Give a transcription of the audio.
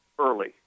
Early